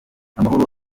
amahoro